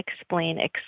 explain